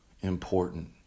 important